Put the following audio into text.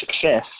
success